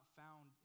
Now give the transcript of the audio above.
found